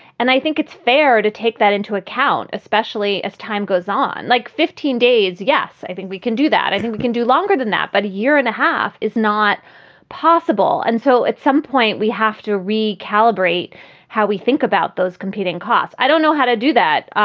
and i think it's fair to take that into account, especially as time goes on. like fifteen days. yes, i think we can do that. i think we can do longer than that. but a year and a half is not possible until and so at some point we have to recalibrate how we think about those competing costs. i don't know how to do that.